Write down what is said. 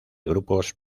grupos